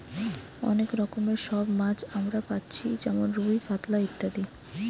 অনেক রকমের সব মাছ আমরা পাচ্ছি যেমন রুই, কাতলা ইত্যাদি